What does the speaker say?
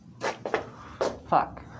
fuck